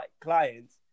clients